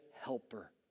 helper